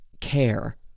care